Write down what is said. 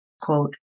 quote